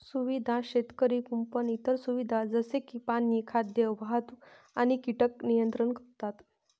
सुविधा शेतकरी कुंपण इतर सुविधा जसे की पाणी, खाद्य, वाहतूक आणि कीटक नियंत्रण करतात